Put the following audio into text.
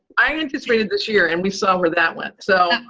i anticipated this year, and we saw where that went. so